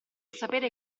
sapere